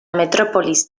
metrópolis